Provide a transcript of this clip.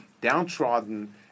downtrodden